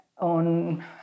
on